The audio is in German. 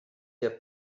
der